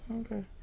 Okay